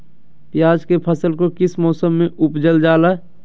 प्याज के फसल को किस मौसम में उपजल जाला?